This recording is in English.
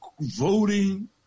voting